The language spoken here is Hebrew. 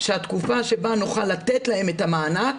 התקופה שבה נוכל לתת להם את המענק,